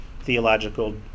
theological